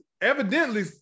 Evidently